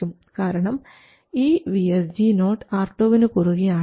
കാരണം ഈ VSG0 R2 വിനു കുറുകെ ആണ്